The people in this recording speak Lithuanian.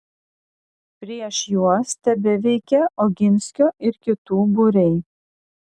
prieš juos tebeveikė oginskio ir kitų būriai